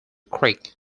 creek